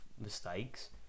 mistakes